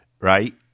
right